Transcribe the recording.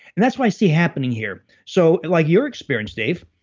and that's what i see happening here. so, like your experience, dave,